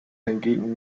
hingegen